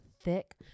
thick